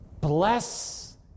Bless